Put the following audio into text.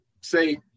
say